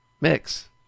Mix